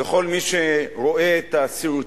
וכל מי שרואה את הסרטונים,